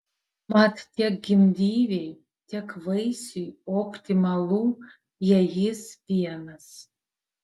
mat tiek gimdyvei tiek vaisiui optimalu jei jis vienas